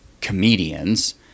comedians